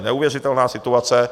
Neuvěřitelná situace.